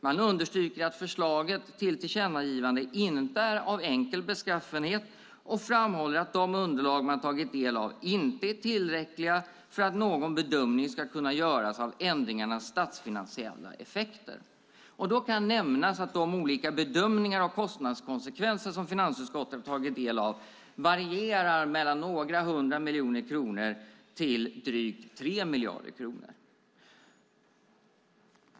Man understryker att förslaget till tillkännagivande inte är av enkel beskaffenhet och framhåller att de underlag man tagit del av inte är tillräckliga för att någon bedömning ska kunna göras av ändringarnas statsfinansiella effekter. Då kan nämnas att de olika bedömningar av kostnadskonsekvenser som finansutskottet har tagit del av varierar mellan några hundra miljoner och drygt 3 miljarder kronor.